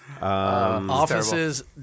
offices